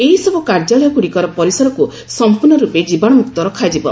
ଏହିସବୁ କାର୍ଯ୍ୟାଳୟଗୁଡ଼ିକର ପରିସରକୁ ସମ୍ପର୍ଷ ରୂପେ ଜୀବାଣୁମୁକ୍ତ ରଖାଯିବ